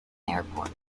airport